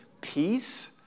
peace